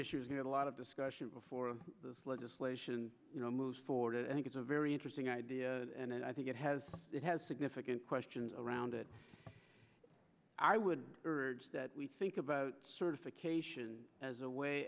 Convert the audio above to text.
issues need a lot of discussion before this legislation moves forward and i think it's a very interesting idea and i think it has it has significant questions around it i would urge that we think about certification as a way